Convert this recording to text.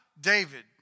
David